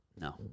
No